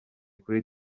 kuri